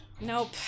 Nope